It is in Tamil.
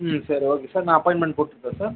ம் சரி ஓகே சார் நான் அப்பாயின்மெண்ட் போட்டுக்கவா சார்